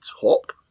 top